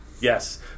Yes